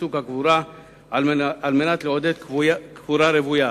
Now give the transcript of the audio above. סוג הקבורה כדי לעודד קבורה רוויה.